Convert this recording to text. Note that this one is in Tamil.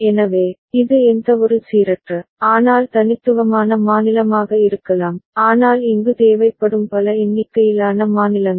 எனவே இது எந்தவொரு சீரற்ற ஆனால் தனித்துவமான மாநிலமாக இருக்கலாம் ஆனால் இங்கு தேவைப்படும் பல எண்ணிக்கையிலான மாநிலங்கள்